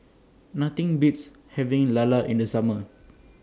Nothing Beats having Lala in The Summer